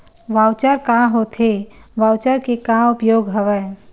Voucher का होथे voucher के का उपयोग हवय?